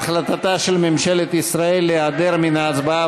החלטתה של ממשלת ישראל להיעדר מההצבעה